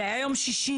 זה היה יום שישי,